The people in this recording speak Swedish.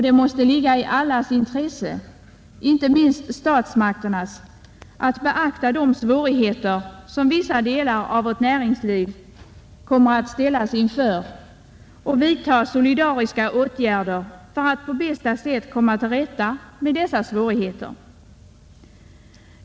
Det måste ligga i allas intresse, inte minst statsmakternas, att beakta de svårigheter som vissa delar av vårt näringsliv kommer att ställas inför och vidta solidariska åtgärder för att på bästa sätt komma till rätta med dessa svårigheter.